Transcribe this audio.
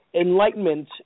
enlightenment